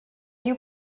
you